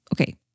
okay